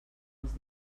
els